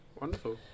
Wonderful